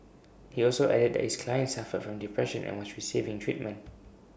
he also added that his client suffered from depression and was receiving treatment